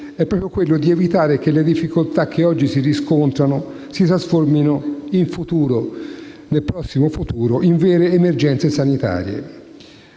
è proprio quello di evitare che le difficoltà che oggi si riscontrano si trasformino nel prossimo futuro in vere emergenze sanitarie.